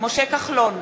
משה כחלון,